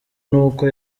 n’uko